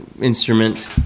instrument